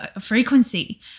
frequency